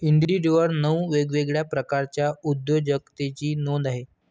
इंडिडवर नऊ वेगवेगळ्या प्रकारच्या उद्योजकतेची नोंद आहे